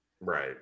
Right